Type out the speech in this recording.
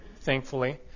thankfully